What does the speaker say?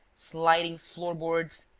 sliding floor-boards,